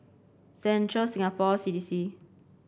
Central Singapore C D C